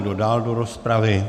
Kdo dál do rozpravy?